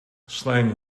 slang